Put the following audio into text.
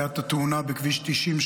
הייתה התאונה בכביש 90,